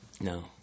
No